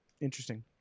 Interesting